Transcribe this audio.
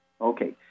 Okay